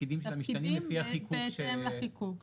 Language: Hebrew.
התפקידים שלה משתנים לפי החיקוק של --- זה בהתאם לחיקוק.